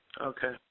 Okay